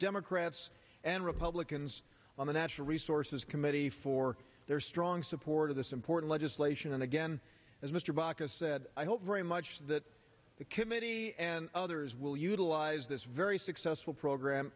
democrats and republicans on the natural resources committee for their strong support of this important legislation and again as mr baucus said i hope very much that the committee and others will utilize this very successful program